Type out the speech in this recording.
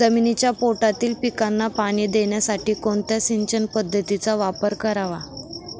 जमिनीच्या पोटातील पिकांना पाणी देण्यासाठी कोणत्या सिंचन पद्धतीचा वापर करावा?